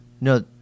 no